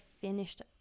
finished